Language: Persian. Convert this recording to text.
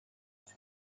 گوشه